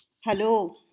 hello